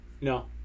No